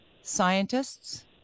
scientists